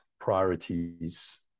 priorities